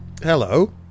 Hello